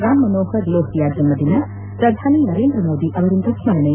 ರಾಮ್ಮಸೋಹರ್ ಲೋಹಿಯಾ ಜನ್ದದಿನ ಪ್ರಧಾನಿ ನರೇಂದ್ರ ಮೋದಿ ಅವರಿಂದ ಸ್ಟರಣೆ